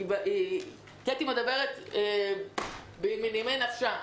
קטי שטרית מדברת מנימי נפשה.